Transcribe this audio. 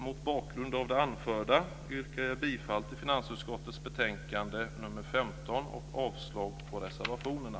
Mot bakgrund av det anförda yrkar jag bifall till hemställan i finansutskottets betänkande nr 15 och avslag på reservationerna.